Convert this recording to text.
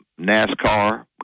NASCAR